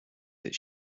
that